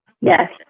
Yes